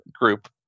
group